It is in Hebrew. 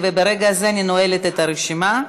ברגע הזה אני נועלת את הרשימה.